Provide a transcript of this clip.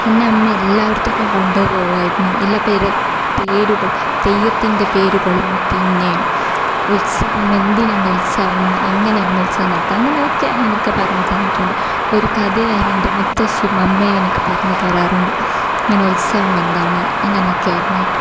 എന്നെ അമ്മ എല്ലായിടത്തും ഒക്കെ കൊണ്ടു പോകുമായിരുന്നു എല്ലാ പേരുകള് തെയ്യത്തിൻ്റെ പേരുകളും പിന്നെ ഉത്സവം എന്തിനാണ് ഉത്സവം എങ്ങനെയാണ് ഉത്സവം നടത്തുന്നത് അങ്ങനെയൊക്കെ അങ്ങനെയൊക്കെ പറഞ്ഞു തന്നിട്ടുണ്ട് ഒരു കഥയായി എന്റെ മുത്തശ്ശിയും അമ്മയും എനിക്ക് പറഞ്ഞു തരാറുണ്ട് അങ്ങനെ ഉത്സവം എന്താണ് അങ്ങനെയൊക്കെ പറഞ്ഞിട്ടുണ്ട്